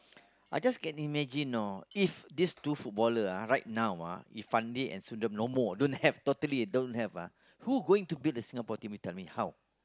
I just can imagine you know if these two footballer ah right now ah if Fandi and Sundram no more don't have totally don't have ah who gonna build the Singapore team how